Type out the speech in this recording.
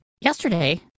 Yesterday